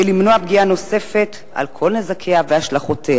למנוע פגיעה נוספת על כל נזקיה והשלכותיה.